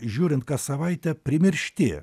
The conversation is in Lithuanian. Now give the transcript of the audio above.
žiūrint kas savaitę primiršti